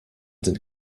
sind